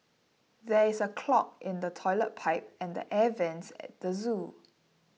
there is a clog in the Toilet Pipe and Air Vents at the zoo